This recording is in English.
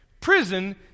Prison